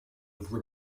have